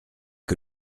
que